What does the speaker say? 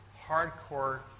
hardcore